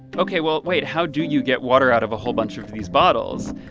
ok. well, wait. how do you get water out of a whole bunch of these bottles?